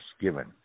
given